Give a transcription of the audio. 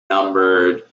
numbered